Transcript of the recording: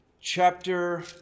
chapter